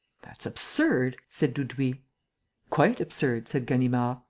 that's absurd, said dudouis. quite absurd, said ganimard.